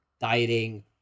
dieting